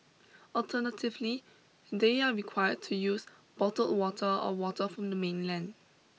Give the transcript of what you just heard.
alternatively they are required to use bottled water or water from the mainland